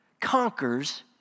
conquers